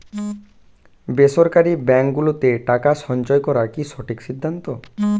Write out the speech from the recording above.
বেসরকারী ব্যাঙ্ক গুলোতে টাকা সঞ্চয় করা কি সঠিক সিদ্ধান্ত?